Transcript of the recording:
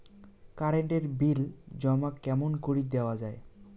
Current এর bill জমা কেমন করি দেওয়া যায়?